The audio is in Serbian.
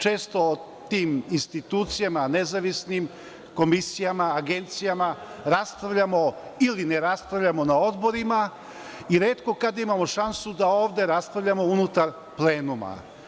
Često o tim institucijama nezavisnim komisijama, agencijama, raspravljamo ili ne raspravljamo na odborima i retko kada imamo šansu da ovde raspravljamo unutar plenuma.